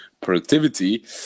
productivity